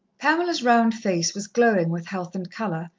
pamela's round face was glowing with health and colour,